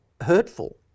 hurtful